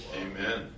Amen